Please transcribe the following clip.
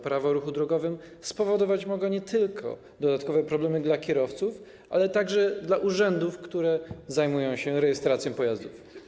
Prawo o ruchu drogowym spowodować mogą nie tylko dodatkowe problemy dla kierowców, ale także dla urzędów, które zajmują się rejestracją pojazdów.